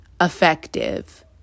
effective